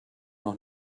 noch